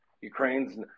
Ukraine's